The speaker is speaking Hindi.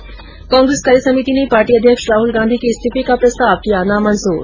्र कांग्रेस कार्य समिति ने पार्टी अध्यक्ष राहुल गांधी के इस्तीफे का प्रस्ताव किया नामंजूर